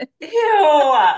Ew